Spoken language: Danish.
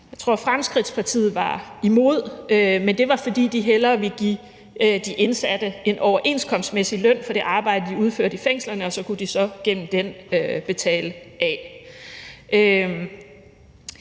Jeg tror, at Fremskridtspartiet var imod, men det var, fordi de hellere ville give de indsatte en overenskomstmæssig løn for det arbejde, de udførte i fængslerne, og så kunne de gennem den betale af.